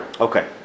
Okay